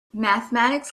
mathematics